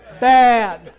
bad